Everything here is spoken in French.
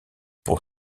pour